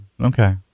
Okay